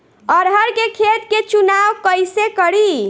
अरहर के खेत के चुनाव कईसे करी?